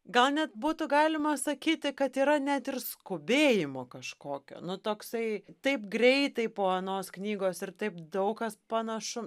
gal net būtų galima sakyti kad yra net ir skubėjimo kažkokio nu toksai taip greitai po anos knygos ir taip daug kas panašu